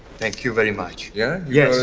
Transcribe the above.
thank you very much. yeah yeah